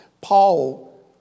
Paul